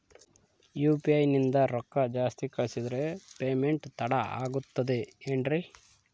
UPI ನಿಂದ ರೊಕ್ಕ ಜಾಸ್ತಿ ಕಳಿಸಿದರೆ ಪೇಮೆಂಟ್ ತಡ ಆಗುತ್ತದೆ ಎನ್ರಿ?